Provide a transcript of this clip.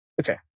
Okay